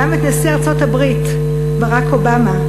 גם את נשיא ארצות-הברית ברק אובמה,